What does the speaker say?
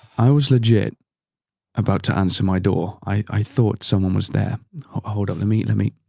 i was legit about to answer my door. i thought someone was there hold on the mitla me